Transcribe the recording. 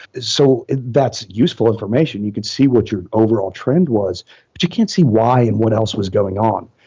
so that's useful in formation. you can see what your overall trend was, but she can't see why and what else was going on.